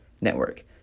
Network